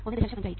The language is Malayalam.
5 ആയിരിക്കും